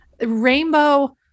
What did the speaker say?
Rainbow